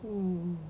mm